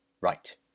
right